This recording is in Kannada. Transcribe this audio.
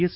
ಎಸ್